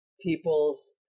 people's